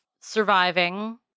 surviving